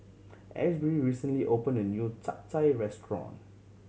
Asbury recently opened a new Chap Chai restaurant